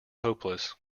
hopeless